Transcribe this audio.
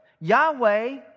Yahweh